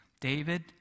David